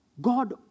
God